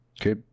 Okay